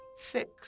six